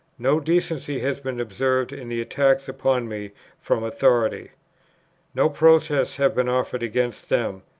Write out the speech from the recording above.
no decency has been observed in the attacks upon me from authority no protests have been offered against them.